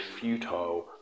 futile